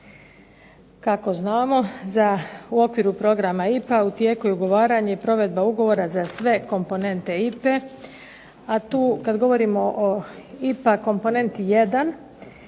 Kako znamo u okviru programa IPA u tijeku je ugovaranje i provedba ugovora za sve komponente IPA-e. i tu kada govorimo o IPA komponenti 1